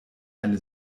eine